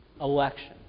election